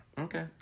Okay